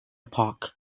park